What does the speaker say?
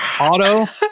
auto